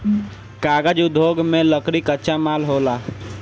कागज़ उद्योग में लकड़ी कच्चा माल होला